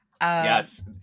Yes